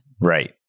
Right